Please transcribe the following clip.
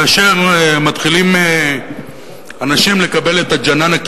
כאשר מתחילים אנשים לקבל את הג'ננה,